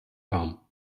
kam